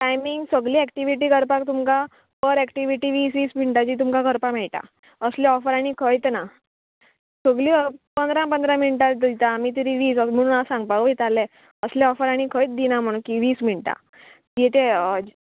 timing सगली activity करपाक तुमकां पर एक्टिविटी वीस वीस मिनटांची तुमकां करपाक मेळटा असले ऑफर आनी खंयत ना सगली पंदरा पंदरा मिनटां दिता आमी तरी वीस म्हणून हांव सांगपाक वयताले असले ऑफर आनी खंयच दिना म्हणून की वीस मिनटां कितें